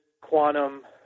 quantum